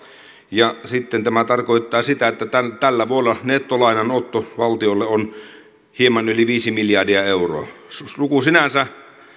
ja sitten tämä tarkoittaa sitä että tänä vuonna nettolainanotto valtiolle on hieman yli viisi miljardia euroa luku sinänsä